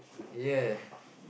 ya